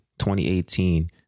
2018